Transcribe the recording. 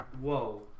whoa